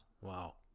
Wow